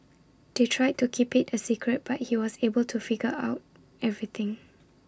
they tried to keep IT A secret but he was able to figure out everything